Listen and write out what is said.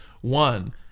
one